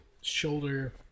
shoulder